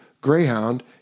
Greyhound